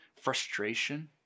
frustration